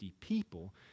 people